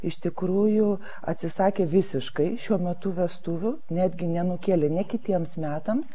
iš tikrųjų atsisakė visiškai šiuo metu vestuvių netgi nenukėlinė kitiems metams